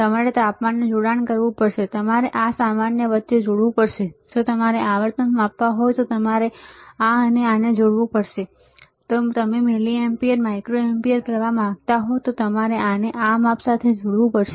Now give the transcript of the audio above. તમારે તાપમાનને જોડાણ કરવું પડશે તમારે આ સામાન્ય વચ્ચે જોડવું પડશે જો તમારે આવર્તન માપવા હોય તો તમારે આ અને આને જોડવું પડશે જો તમે મિલિએમ્પીયર માઇક્રોએમ્પીયર પ્રવાહ માપવા માંગતા હોવ તો તમારે આને આ સાથે માપવું પડશે